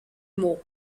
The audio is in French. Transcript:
mot